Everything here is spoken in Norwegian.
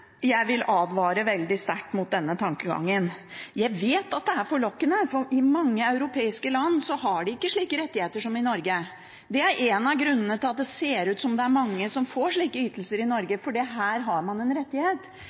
Jeg vil advare veldig sterkt mot denne tankegangen. Jeg vet at det er forlokkende, for i mange europeiske land har de ikke slike rettigheter som i Norge. Det er én av grunnene til at det ser ut som om det er mange som får slike ytelser i Norge, fordi man her har en rettighet.